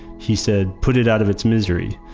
he said, put it out of its misery.